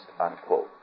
unquote